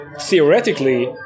Theoretically